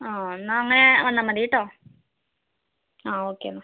ആ എന്നാൽ അങ്ങനെ വന്നാൽ മതി കേട്ടോ ആ ഓക്കെ എന്നാൽ